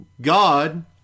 God